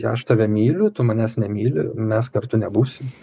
aš tave myliu tu manęs nemyli mes kartu nebūsim